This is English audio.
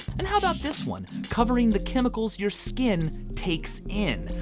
and how about this one covering the chemicals your skin takes in?